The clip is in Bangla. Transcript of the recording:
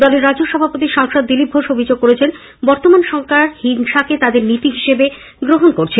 দলের রাজ্য সভাপতি ও সাংসদ দিলীপ ঘোষ অভিযোগ করেন বর্তমান সরকার হিংসাকে তাদের নীতি হিসেবে গ্রহণ করেছে